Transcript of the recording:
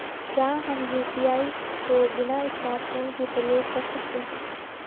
क्या हम यु.पी.आई को बिना स्मार्टफ़ोन के प्रयोग कर सकते हैं?